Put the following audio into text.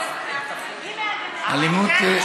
אבל תיתן תשובה.